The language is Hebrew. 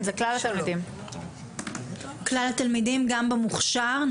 גם במוכשר,